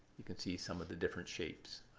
you can see some of the different shapes,